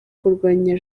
kurwanya